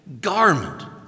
garment